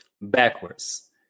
backwards